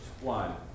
one